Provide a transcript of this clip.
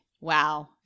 Wow